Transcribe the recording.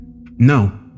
No